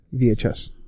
VHS